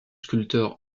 sculpteur